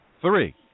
three